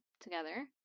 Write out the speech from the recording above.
together